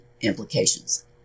implications